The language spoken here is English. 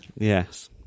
Yes